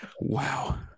Wow